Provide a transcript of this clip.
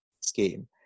scheme